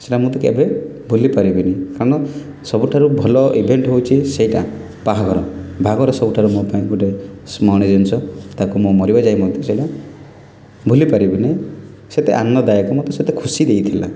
ସେମିତି କେବେ ଭୁଲି ପାରିବିନି କାରଣ ସବୁଠାରୁ ଭଲ ଇଭେଣ୍ଟ୍ ହେଉଛି ସେଇଟା ବାହାଘର ବାହାଘର ସବୁଠାରୁ ମୋ ପାଇଁ ଗୋଟେ ସ୍ମରଣୀୟ ଜିନିଷ ତାକୁ ମୁଁ ମରିବା ଯାଏ ମଧ୍ୟ ସେଇଟା ଭୁଲି ପାରିବିନି ସେତେ ଆନନ୍ଦଦାୟକ ମୋତେ ସେତେ ଖୁସି ଦେଇଥିଲା